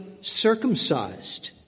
circumcised